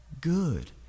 good